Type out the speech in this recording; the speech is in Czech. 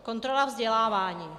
Kontrola vzdělávání.